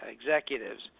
executives